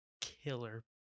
killer